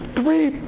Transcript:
three